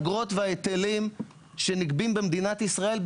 וחלק ילך לוועדות המחוזיות,